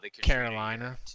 Carolina